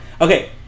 okay